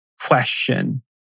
question